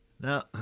Now